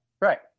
Right